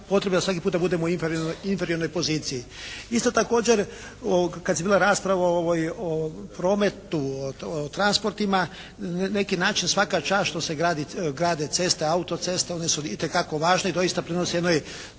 potrebe da svaki puta u inferiornoj poziciji. Isto također kad je bila rasprava o prometu, o transportima, neki način, svaka čast što se grade ceste, autoceste, one su itekako važne i doista prinose jednoj